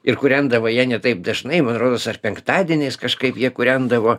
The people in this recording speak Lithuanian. ir kūrendavo ją ne taip dažnai man rodos ar penktadieniais kažkaip jie kūrendavo